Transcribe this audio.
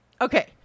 okay